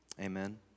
amen